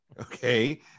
Okay